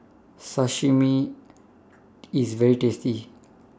Sashimi IS very tasty